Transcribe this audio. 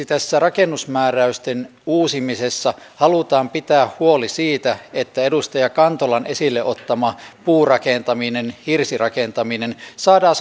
tässä rakennusmääräysten uusimisessa halutaan esimerkiksi pitää huoli siitä että edustaja kantolan esille ottama puurakentaminen hirsirakentaminen saadaan